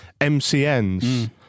MCNs